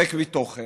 ריק מתוכן,